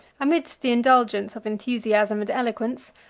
amidst the indulgence of enthusiasm and eloquence,